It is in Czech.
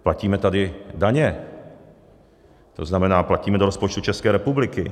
Platíme tady daně, to znamená, platíme do rozpočtu České republiky.